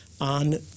on